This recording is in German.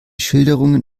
schilderungen